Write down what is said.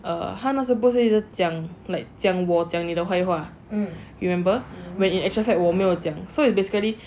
err 他不是一直讲 like 讲我讲你的坏话 remember when in actual fact 我没有讲 so it's basically